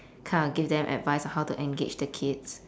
kind of give them advice on how to engage the kids